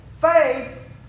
faith